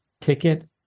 ticket